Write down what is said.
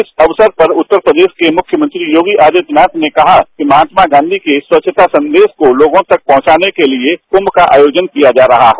इस अवसर पर उत्तर प्रदेश के मुख्यमंत्री योगी आदित्यनाथ ने कहा कि महाला गांधी के स्वच्छता संदेश को लोगों तक पहुंचाने के लिए कुंभ का आयोजन किया जा रहा है